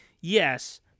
yes